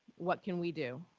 what can we do?